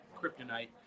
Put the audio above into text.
kryptonite